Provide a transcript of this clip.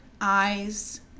eyes